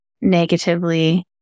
negatively